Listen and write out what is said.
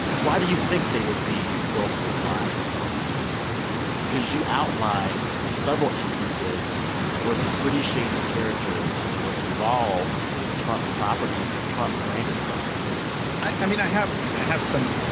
why do you think they would be willfully blind to some of these things? because like because you outlined several instances where some pretty shady characters were involved with trump properties or trump-branded properties i mean i have i have some,